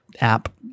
app